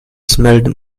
smelled